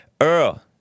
Earl